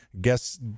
Guess